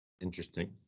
Interesting